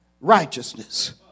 righteousness